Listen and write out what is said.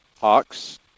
Hawks